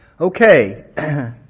Okay